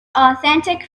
authentic